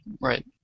Right